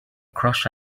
crush